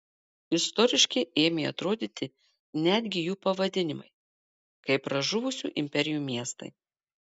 istoriški ėmė atrodyti netgi jų pavadinimai kaip pražuvusių imperijų miestai